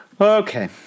Okay